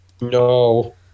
No